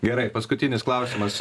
gerai paskutinis klausimas